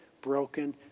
broken